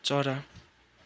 चरा